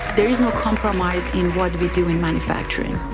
there is no compromise in what we do in manufacturing.